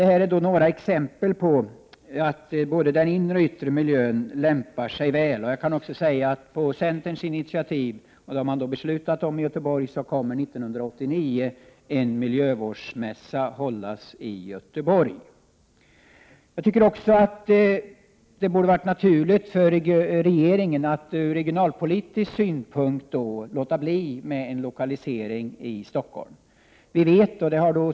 Detta är några exempel på att både den inre och den yttre miljön lämpar sig väl för ett internationellt miljötekniskt institut. Jag kan också nämna att man i Göteborg på centerns initiativ har beslutat att en miljövårdsmässa skall hållas i Göteborg 1989. Jag tycker också att det ur regionalpolitisk synpunkt borde vara naturligt för regeringen att undvika en lokalisering till Stockholm.